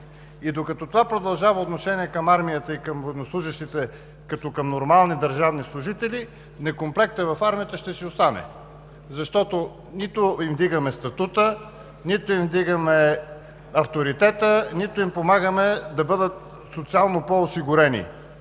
И докато това отношение към армията и към военнослужещите продължава като към нормални държавни служители, некомплектът в армията ще си остане, защото нито им вдигаме статута, нито им вдигаме авторитета, нито им помагаме да бъдат социално по-осигурени.